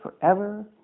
forever